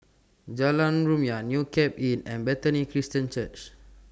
Jalan Rumia New Cape Inn and Bethany Christian Church